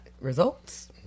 results